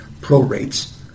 prorates